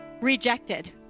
rejected